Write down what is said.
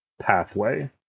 pathway